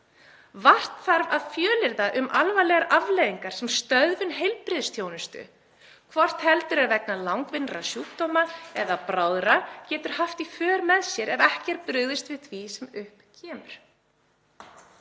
Vart þarf að fjölyrða um alvarlegar afleiðingar sem stöðvun heilbrigðisþjónustu, hvort heldur er vegna langvinnra sjúkdóma eða bráðra, getur haft í för með sér, ef ekki er brugðist við því sem upp kemur.